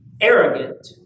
arrogant